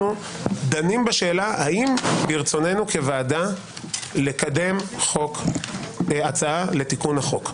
דנים בשאלה האם ברצוננו כוועדה לקדם הצעה לתיקון החוק.